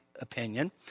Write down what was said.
opinion